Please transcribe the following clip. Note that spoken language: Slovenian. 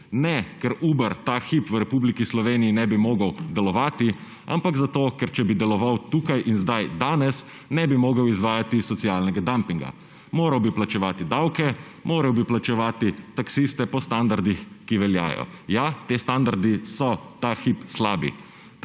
Ne ker Uber ta hip v Republiki Sloveniji ne bi mogel delovati, ampak zato, ker če bi deloval tukaj in zdaj danes, ne bi mogel izvajati socialnega »dumpinga«. Moral bi plačevati davke, moral bi plačevati taksiste po standardih, ki veljajo. Ja, ti standardi so ta hip slabi.